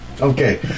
Okay